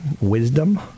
wisdom